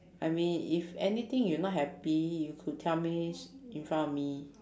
I mean if anything you not happy you could tell me s~ in front of me